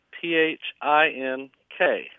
P-H-I-N-K